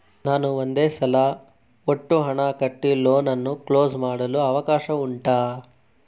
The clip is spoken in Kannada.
ನಾನು ಒಂದೇ ಸಲ ಒಟ್ಟು ಹಣ ಕಟ್ಟಿ ಲೋನ್ ಅನ್ನು ಕ್ಲೋಸ್ ಮಾಡಲು ಅವಕಾಶ ಉಂಟಾ